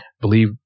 believe